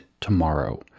tomorrow